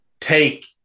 take